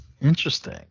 Interesting